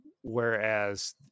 Whereas